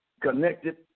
connected